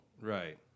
Right